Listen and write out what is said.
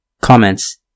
Comments